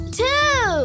two